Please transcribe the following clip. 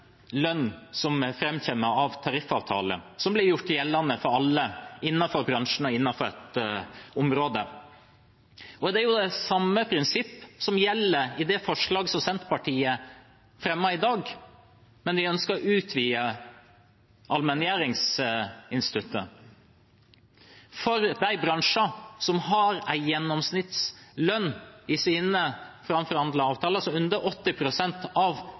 som framkommer i en tariffavtale, som blir gjort gjeldende for alle innenfor bransjen og området. Det er det samme prinsippet som gjelder i det forslaget som Senterpartiet fremmer i dag, men vi ønsker å utvide allmenngjøringsinstituttet. For de bransjene som har en gjennomsnittslønn i sine framforhandlede avtaler som er under 80 pst. av